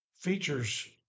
features